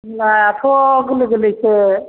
मुलायाथ' गोरलै गोरलैसो